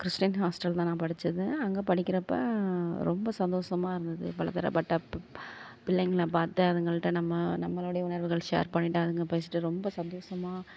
Christian ஹாஸ்டலில் தான் நான் படிச்சது அங்கே படிக்கிறப்ப ரொம்ப சந்தோஷமாக இருந்துது பலதரப்பட்ட பிள்ளைங்களை பார்த்து அதுங்கள்ட்ட நம்ம நம்மளோடைய உணர்வுகள் ஷேர் பண்ணிட்டு அதுங்க பேசிட்டு ரொம்ப சந்தோஷமாக